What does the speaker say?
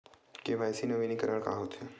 KYC नवीनीकरण का होथे?